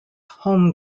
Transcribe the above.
home